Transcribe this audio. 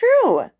true